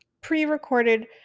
pre-recorded